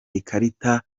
ikarita